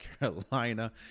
Carolina